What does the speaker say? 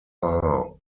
are